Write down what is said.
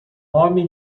homem